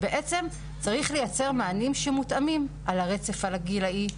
ובעצם צריך לייצר מענים שמותאמים על הרצף הגילאי,